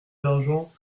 d’argent